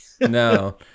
No